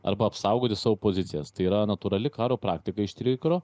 arba apsaugoti savo pozicijas tai yra natūrali karo praktika ištrikro